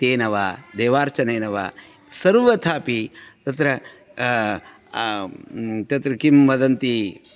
तेन वा देवार्चनेन वा सर्वथा अपि तत्र तत्र किं वदन्ति